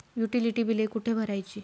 Utility बिले कुठे भरायची?